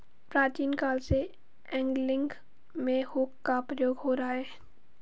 प्राचीन काल से एंगलिंग में हुक का प्रयोग हो रहा है